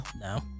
No